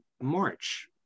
March